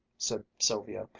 said sylvia.